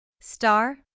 Star